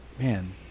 man